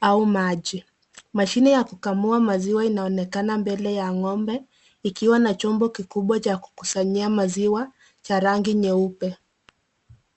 au maji. Mashini ya kukamua maziwa inaonekana mbele ya ngombe, ikiwa na chombo kikubwa cha kukusanyia maziwa cha rangi nyeupe.